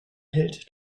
held